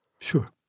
Sure